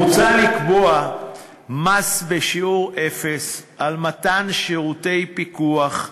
מוצע לקבוע מס בשיעור אפס על מתן שירותי פיקוח,